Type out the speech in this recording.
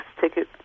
ticket